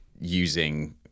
using